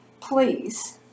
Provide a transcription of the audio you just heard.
please